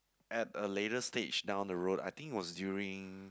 at a later stage down the road I think it was during